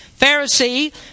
pharisee